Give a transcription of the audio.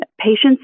patients